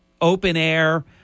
open-air